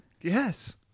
Yes